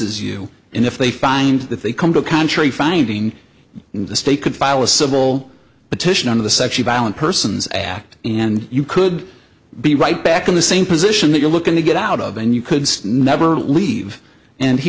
s you and if they find that they come to a country finding in the state could file a civil petition on the such a ballot person's act and you could be right back in the same position that you're looking to get out of and you could never leave and he